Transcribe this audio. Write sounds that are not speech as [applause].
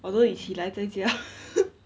although 你起来在家 [laughs]